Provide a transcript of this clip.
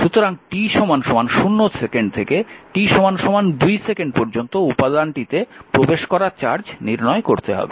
সুতরাং t 0 second থেকে t 2 second পর্যন্ত উপাদানটিতে প্রবেশ করা চার্জ নির্ণয় করতে হবে